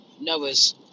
Noah's